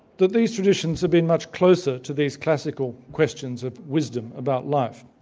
that these traditions have been much closer to these classical questions of wisdom about life.